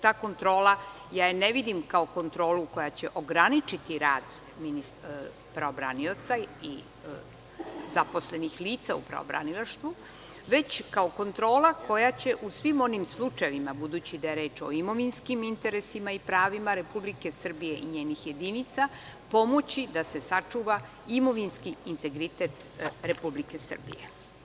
Ta kontrola, ne vidim je kao kontrolu koja će ograničiti rad pravobranioca i zaposlenih lica u pravobranilaštvu, već kao kontrola koja će u svim onim slučajevima, budući da je reč o imovinskim interesima i pravima Republike Srbijei njenih jedinica, pomoći da se sačuva imovinski integritet Republike Srbije.